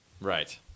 Right